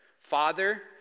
Father